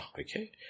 Okay